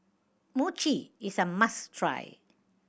mochi is a must try